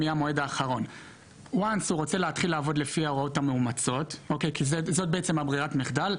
מבוסס על חומר גלם --- שנקב בהודעתו,